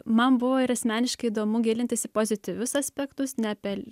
man buvo ir asmeniškai įdomu gilintis į pozityvius aspektus ne apie